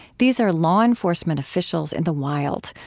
these are law enforcement officials in the wild,